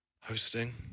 hosting